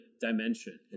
dimension